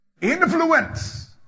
influence